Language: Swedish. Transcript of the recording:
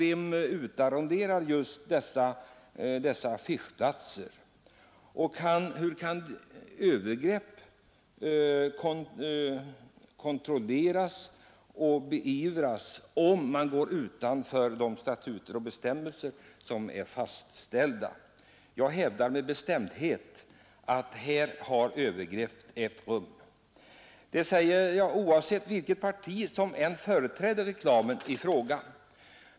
Vem arrenderar ut dessa affischplatser, och hur kan man påtala och beivra om någon går utanför de statuter och bestämmelser som fastställts för reklamen? Jag hävdar med bestämdhet att det här har gjorts övertramp. Och jag säger det alldeles oavsett vilket parti som står för den reklam det här gäller.